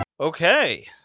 Okay